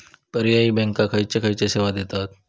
पर्यायी बँका खयचे खयचे सेवा देतत?